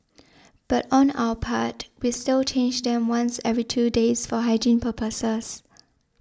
but on our part we still change them once every two days for hygiene purposes